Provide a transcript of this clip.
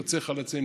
יוצא חלציהם,